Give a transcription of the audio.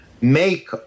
make